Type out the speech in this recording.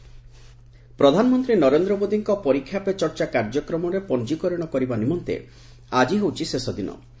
ପରୀକ୍ଷା ପେ ଚର୍ଚ୍ଚା ପ୍ରଧାନମନ୍ତ୍ରୀ ନରେନ୍ଦ୍ର ମୋଦୀଙ୍କ 'ପରୀକ୍ଷା ପେ ଚର୍ଚ୍ଚା' କାର୍ଯ୍ୟକ୍ରମରେ ପଞ୍ଜିକରଣ କରିବା ନିମନ୍ତେ ଆଜି ହେଉଛି ଶେଷ ଦିବସ